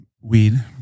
weed